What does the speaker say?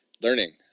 learning